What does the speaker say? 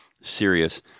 serious